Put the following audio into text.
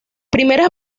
primeras